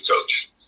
coach